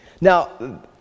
Now